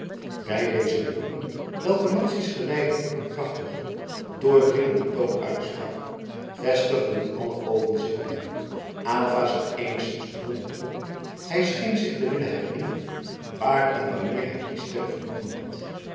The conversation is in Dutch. bij deze woorden welke madzy's geleider op een krachtigen doordringenden toon uitsprak vestigden alle oogen zich op hem aylva zag eenigszins verwonderd op hij scheen zich te willen herinneren waar en wanneer hij die stem vernomen had